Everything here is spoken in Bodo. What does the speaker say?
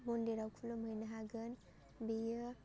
मान्दिराव खुलुमहैनो हागोन बेयो